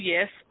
Yes